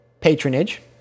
patronage